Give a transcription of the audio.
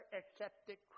accepted